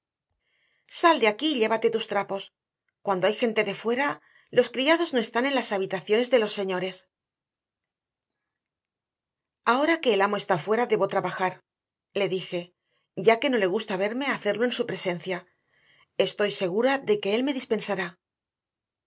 sal de aquí y llévate tus trapos cuando hay gente de fuera los criados no están en las habitaciones de los señores ahora que el amo está fuera debo trabajar le dije ya que no le gusta verme hacerlo en su presencia estoy segura de que él me dispensará